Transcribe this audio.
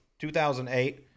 2008